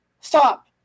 Stop